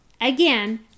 again